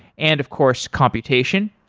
and of course, computation.